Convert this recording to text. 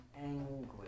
anguish